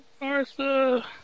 Martha